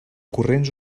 corrents